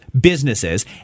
businesses